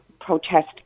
protest